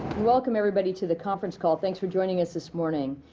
welcome everybody to the conference call. thanks for joining us this morning.